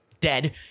dead